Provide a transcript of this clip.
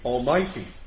Almighty